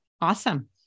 Awesome